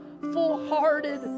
full-hearted